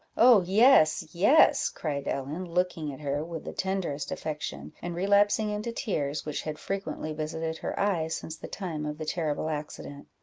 oh yes, yes! cried ellen, looking at her with the tenderest affection, and relapsing into tears, which had frequently visited her eyes since the time of the terrible accident.